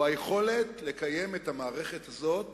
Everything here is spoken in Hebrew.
או היכולת לקיים את המערכת הזאת